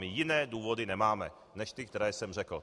My jiné důvody nemáme než ty, které jsem řekl.